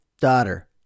Daughter